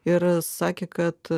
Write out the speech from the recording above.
ir sakė kad